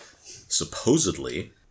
supposedly